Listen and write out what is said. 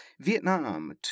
Vietnam